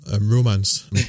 romance